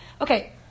okay